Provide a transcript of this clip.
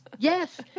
Yes